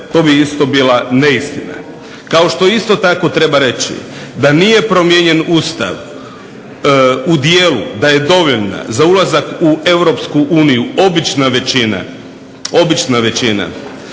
to bi isto bila neistina, kao što isto tako treba reći da nije promijenjen Ustav u dijelu da je dovoljno za ulazak u Europsku uniju obična većina